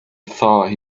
thought